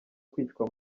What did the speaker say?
kwicwa